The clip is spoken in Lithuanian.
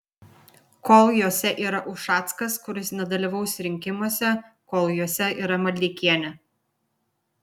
kol jose yra ušackas kuris nedalyvaus rinkimuose kol juose yra maldeikienė